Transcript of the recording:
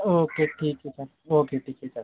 okay ठीक आहे चाल् ओके ठीक आहे चालेल थॅंक्यू